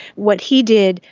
what he did,